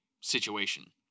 situation